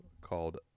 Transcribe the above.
called